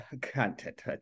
content